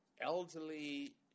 elderly